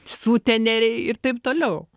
suteneriai ir taip toliau